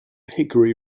hickory